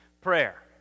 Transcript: prayer